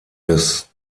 des